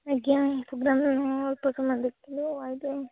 ଆଜ୍ଞା program performance ଦେଖିଲୁ ଆଇଲୁ ଆଉ